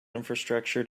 infrastructure